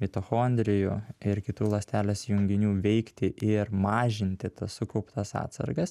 mitochondrijų ir kitų ląstelės junginių veikti ir mažinti tas sukauptas atsargas